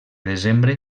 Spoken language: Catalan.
desembre